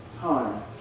time